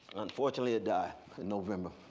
unfortunately had died in november,